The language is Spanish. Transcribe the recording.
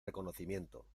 reconocimiento